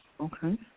okay